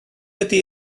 ydy